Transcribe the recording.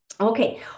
okay